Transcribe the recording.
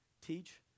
teach